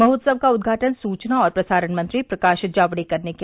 महोत्सव का उद्घाटन सूचना और प्रसारण मंत्री प्रकाश जावड़ेकर ने किया